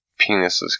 penises